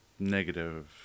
Negative